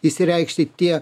išsireikšti tie